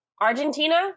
Argentina